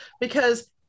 Because-